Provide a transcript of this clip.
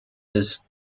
ist